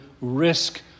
risk